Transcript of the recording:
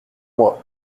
moi